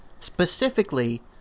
specifically